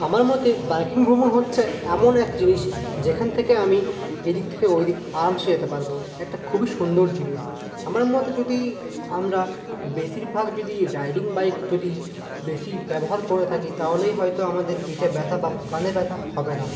আমার মতে বাইকিং ভ্রমণ হচ্ছে এমন এক জিনিস যেখান থেকে আমি এদিক থেকে ওইদিক আরামসে যেতে পারবো একটা খুবই সুন্দর জিনিস আমার মতে যদি আমরা বেশীরভাগ যদি রাইডিং বাইক বেশী ব্যবহার করে থাকি তাহলেই হয়তো আমাদের পিঠে ব্যথা বা কাঁধে ব্যথা হবে না